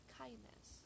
kindness